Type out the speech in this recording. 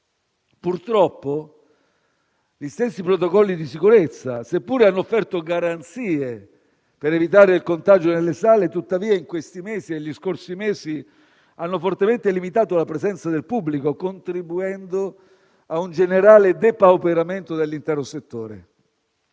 Purtroppo, gli stessi protocolli di sicurezza, seppure hanno offerto garanzie per evitare il contagio nelle sale, tuttavia negli scorsi mesi hanno fortemente limitato la presenza del pubblico, contribuendo a un generale depauperamento dell'intero settore.